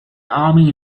army